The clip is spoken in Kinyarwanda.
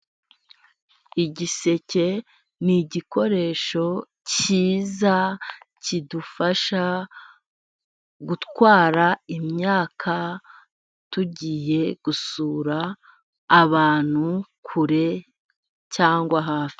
Igiseke ni igikoresho cyiza, kidufasha gutwara imyaka tugiye gusura abantu kure cyangwa hafi.